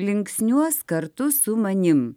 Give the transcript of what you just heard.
linksniuos kartu su manim